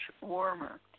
warmer